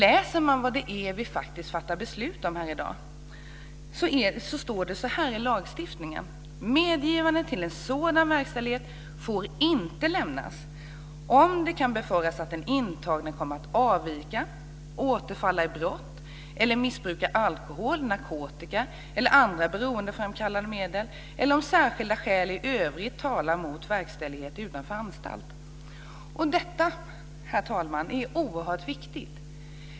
Om det som vi här ska fatta beslut om står det så här i fråga om lagstiftningen: "Medgivande till sådan verkställighet får inte lämnas om det kan befaras att den intagne kommer att avvika, återfalla i brott eller missbruka alkohol, narkotika eller andra beroendeframkallande medel eller om särskilda skäl i övrigt talar mot verkställighet utanför anstalt." Detta, herr talman, är oerhört viktigt.